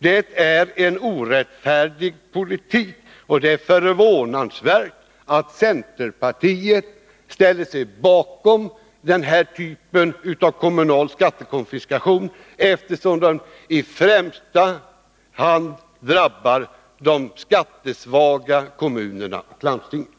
Det är en orättfärdig politik, och det är förvånansvärt att centerpartiet ställer sig bakom den här typen av kommunal skattekonfiskation, eftersom den i första hand drabbar de skattesvaga kommunerna och landstingen.